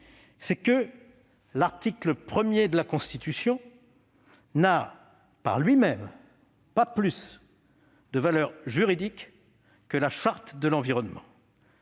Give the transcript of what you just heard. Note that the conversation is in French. c'est que l'article 1 de la Constitution n'a pas plus de valeur juridique que la Charte de l'environnement.